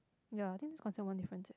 ya I think this considered one difference eh